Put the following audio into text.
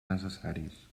necessaris